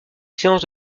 séances